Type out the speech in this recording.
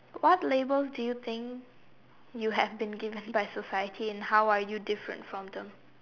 what labels do you think you have been given by society and how are you different from them